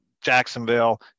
jacksonville